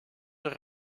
zijn